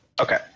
Okay